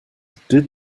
did